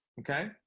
okay